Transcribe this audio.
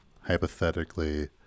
hypothetically